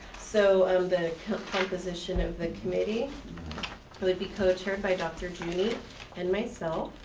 so the composition of the committee would be co-chaired by dr. juny and myself.